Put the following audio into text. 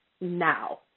now